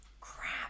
crap